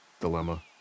Dilemma